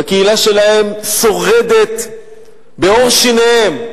והקהילה שלהם שורדת בעור שיניהם,